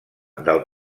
del